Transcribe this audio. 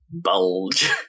bulge